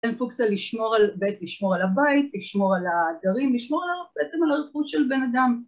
(??) זה לשמור על בית, לשמור על הבית, לשמור על העדרים, לשמור בעצם על הרכוש של בן אדם.